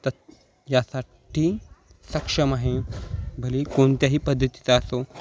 त यासाठी सक्षम आहे भलेही कोणत्याही पद्धतीचा असो